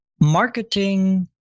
marketing